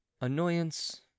Annoyance